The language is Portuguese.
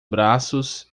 braços